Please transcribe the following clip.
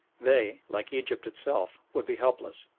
they, like egypt itself, would be helpless.